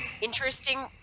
interesting